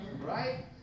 right